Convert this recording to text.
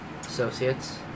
associates